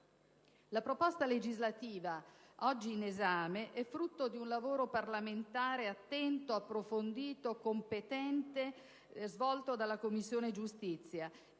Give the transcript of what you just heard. La proposta legislativa oggi in esame è frutto di un lavoro parlamentare attento, approfondito, competente svolto dalla Commissione giustizia,